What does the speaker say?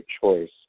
choice